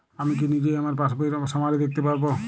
আমি কি নিজেই আমার পাসবইয়ের সামারি দেখতে পারব?